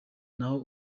naho